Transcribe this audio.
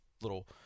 little